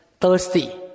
thirsty